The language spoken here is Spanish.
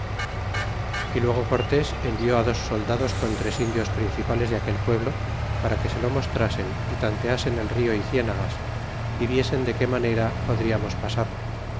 y luego cortés envió dos soldados con tres indios principales de aquel pueblo para que se lo mostrasen y tanteasen el rio y cienagas y viesen de qué manera podriamos pasar